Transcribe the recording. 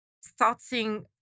starting